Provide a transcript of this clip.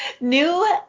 new